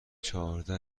چهارده